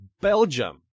Belgium